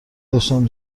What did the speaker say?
داشتم